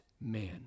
man